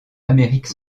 amérique